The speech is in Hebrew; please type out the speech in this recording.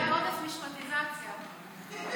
משה, אתה עם עודף משפטיזציה.